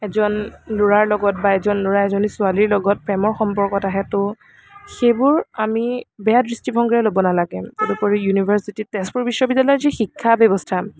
এজন ল'ৰাৰ লগত বা এজন ল'ৰা এজনী ছোৱালীৰ লগত প্ৰেমৰ সম্পৰ্কত আহে ত' সেইবোৰ আমি বেয়া দৃষ্টিভঙ্গীৰে ল'ব নালাগে তদুপৰি ইউনিভাৰ্চিটীত তেজপুৰ বিশ্ববিদ্য়ালয়ৰ যি শিক্ষা ব্য়ৱস্থা